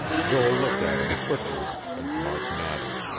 joel looked at him quickly, and mark nodded.